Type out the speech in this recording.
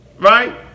Right